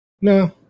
no